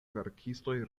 verkistoj